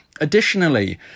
Additionally